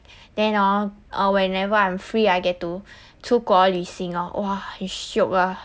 then orh whenever I'm free I get to 出国旅行 orh 哇很 shiok ah